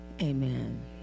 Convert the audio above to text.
amen